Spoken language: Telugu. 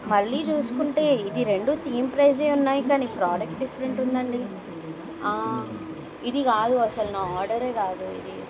మళ్ళీ చూసుకుంటే ఇది రెండు సేమ్ ప్రైస్ ఉన్నాయి కానీ ప్రాడక్ట్ డిఫరెంట్ ఉంది అండి ఇది కాదు అసలు నా ఆర్డర్ కాదు ఇది